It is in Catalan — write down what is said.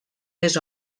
les